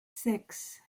six